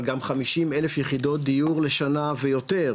אבל גם 50 אלף יחידות דיור לשנה ויותר,